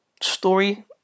story